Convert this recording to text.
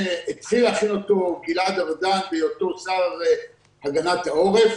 שהתחיל להכין אותו גלעד ארדן בהיותו שר להגנת העורף.